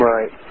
Right